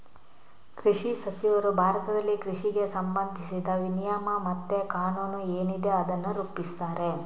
ಕೃಷಿ ಸಚಿವರು ಭಾರತದಲ್ಲಿ ಕೃಷಿಗೆ ಸಂಬಂಧಿಸಿದ ನಿಯಮ ಮತ್ತೆ ಕಾನೂನು ಏನಿದೆ ಅದನ್ನ ರೂಪಿಸ್ತಾರೆ